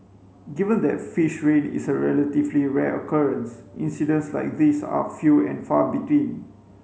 given that fish rain is a relatively rare occurrence incidents like these are few and far between